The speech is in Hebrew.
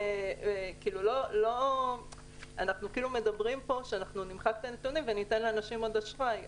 אנחנו כאילו מדברים פה שנמחק את הנתונים וניתן לאנשים עוד אשראי,